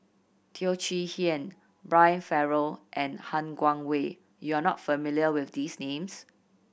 Teo Chee Hean Brian Farrell and Han Guangwei you are not familiar with these names